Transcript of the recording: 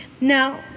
now